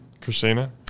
Christina